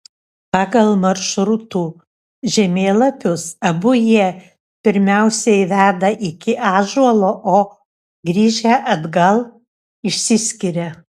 pagal maršrutų žemėlapius abu jie pirmiausiai veda iki ąžuolo o grįžę atgal išsiskiria